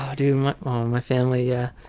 um dude my family, yeah.